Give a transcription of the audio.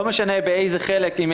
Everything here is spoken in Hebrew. לא משנה באיזה חלק הם,